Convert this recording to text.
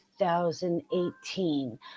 2018